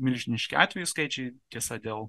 milžiniški atvejų skaičiai tiesa dėl